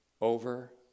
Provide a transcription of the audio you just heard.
over